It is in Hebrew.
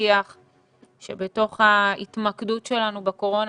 נבטיח שבתוך ההתמקדות שלנו בקורונה,